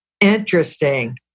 Interesting